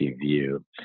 view